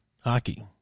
hockey